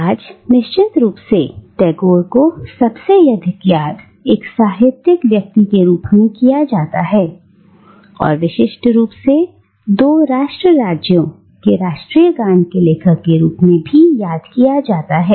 आज निश्चित रूप से टैगोर को सबसे अधिक याद एक साहित्यिक व्यक्ति के रूप में किया जाता है और विशिष्ट रूप से दो राष्ट्र राज्यों के राष्ट्रीय गान के लेखक के रूप में याद किया जाता है